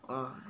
!wah!